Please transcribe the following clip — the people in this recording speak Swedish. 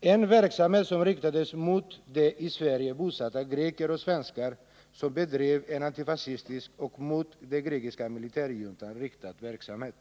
en verksamhet som riktades mot de i Sverige bosatta greker och svenskar som bedrev en antifascistisk och mot den grekiska militärjuntan riktad verksamhet.